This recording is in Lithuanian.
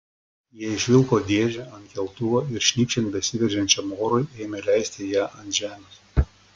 jie išvilko dėžę ant keltuvo ir šnypščiant besiveržiančiam orui ėmė leisti ją ant žemės